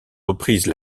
reprises